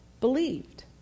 Believed